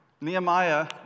Nehemiah